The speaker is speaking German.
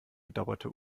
bedauerte